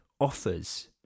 offers